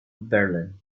berlin